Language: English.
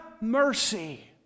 mercy